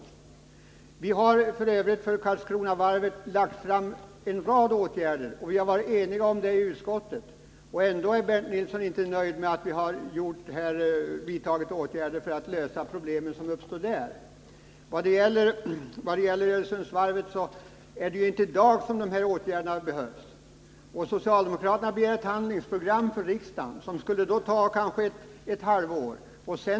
F. ö. vill jag säga att vi har lagt fram förslag om en rad åtgärder när det gäller Karlskronavarvet, och vi har varit eniga om dem inom utskottet. Men Bernt Nilsson är ändå inte nöjd med de förslag som framförts för att lösa problemen där. Vad det gäller Öresundsvarvet är det ju i dag som åtgärderna behövs. Socialdemokraterna begär att riksdagen skall fatta beslut om ett handlingsprogram, något som kanske tar ett halvår att få fram.